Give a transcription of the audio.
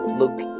look